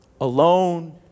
alone